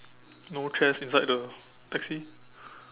no chairs inside the taxi